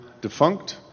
defunct